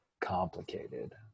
complicated